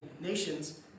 nations